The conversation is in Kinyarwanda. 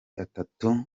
atatu